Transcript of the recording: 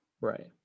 Right